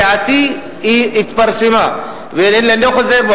דעתי התפרסמה, ואני לא חוזר בי.